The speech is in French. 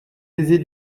aisée